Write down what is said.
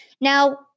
Now